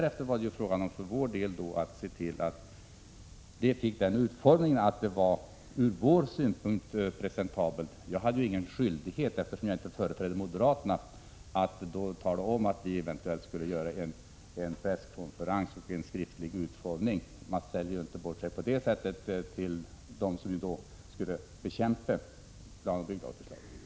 Efter detta var det ju för vår del fråga om att se till att förslaget fick sådan utformning att det ur vår synpunkt var presentabelt. Eftersom jag inte företrädde moderaterna, hade jag ju ingen skyldighet att tala om att vi eventuellt skulle hålla en presskonferens och göra ett skriftligt uttalande. Man säljer ju inte bort sig på detta sätt till dem som skulle bekämpa förslaget om planoch bygglagen.